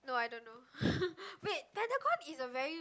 no I don't know wait pentagon is a very